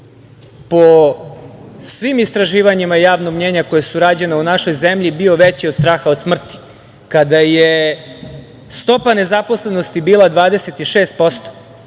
svim istraživanjima javnog mnjenja koja su rađena u našoj zemlji, bio veći od straha od smrti, kada je stopa nezaposlenosti bila 26%.